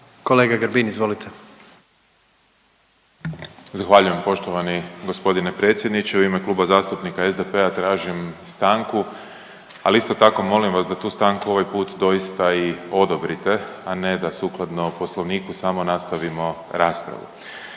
**Grbin, Peđa (SDP)** Zahvaljujem poštovani g. predsjedniče. U ime Kluba zastupnika SDP-a tražim stanku, ali isto tako, molim vas da tu stanku ovaj put doista i odobrite, a ne da sukladno Poslovniku samo nastavimo raspravu.